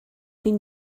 been